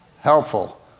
helpful